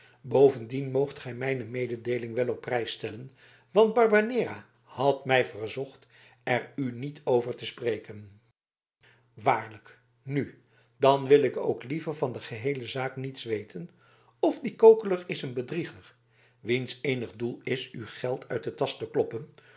bovendien moogt gij mijne mededeeling wel op prijs stellen want barbanera had mij verzocht er u niet over te spreken waarlijk nu dan wil ik ook liever van de geheele zaak niets weten f die kokeler is een bedrieger wiens eenig doel is u geld uit de tasch te kloppen